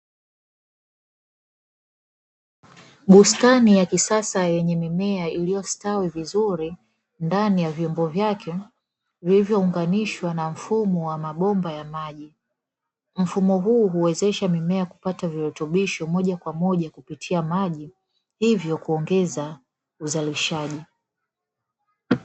Bustani ya kisasa yenye mimea iliyostawi vizuri ndani ya vyombo vyake vilivyounganishwa na mfumo wa mabomba ya maji. Mfumo huu huwezesha mimea kupata virutubisho moja kwa moja kupitia maji hivyo kuongeza uzalishaji.